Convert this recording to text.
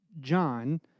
John